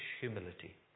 humility